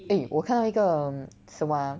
eh 我看到一个什么 ah